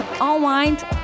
unwind